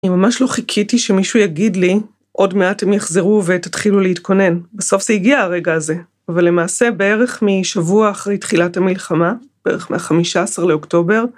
אני ממש לא חיכיתי שמישהו יגיד לי, עוד מעט הם יחזרו ותתחילו להתכונן. בסוף זה הגיע הרגע הזה. אבל למעשה בערך משבוע אחרי תחילת המלחמה, בערך מה-15 לאוקטובר,